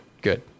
good